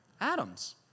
Adam's